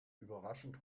überraschend